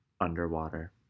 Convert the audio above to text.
underwater